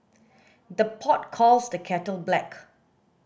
the pot calls the kettle black